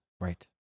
right